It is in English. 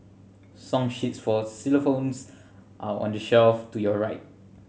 song sheets for xylophones are on the shelf to your right